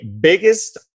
biggest